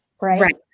right